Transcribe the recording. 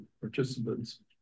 participants